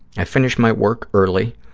i finish my work early,